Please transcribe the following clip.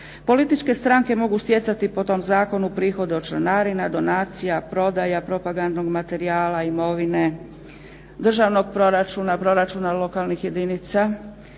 Političke stranke mogu stjecati po tom zakonu prihode od članarina, donacija, prodaja, propagandnog materijala, imovine, državnog proračuna, proračuna lokalnih jedinica